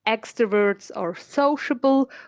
extroverts are sociable,